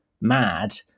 mad